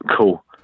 cool